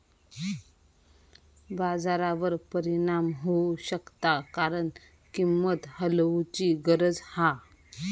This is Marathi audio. बाजारावर परिणाम होऊ शकता कारण किंमत हलवूची गरज हा